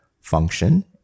function